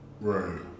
Right